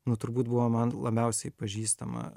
nu turbūt buvo man labiausiai pažįstama